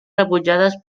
rebutjades